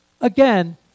Again